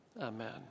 Amen